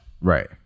Right